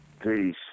peace